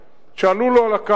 שעלו לו על הקרקע,